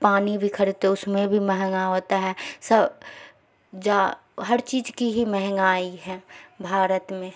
پانی بھی خریدتے اس میں بھی مہنگا ہوتا ہے سب جا ہر چیز کی ہی مہنگائی ہے بھارت میں